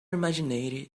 imagined